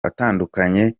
atandukanye